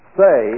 say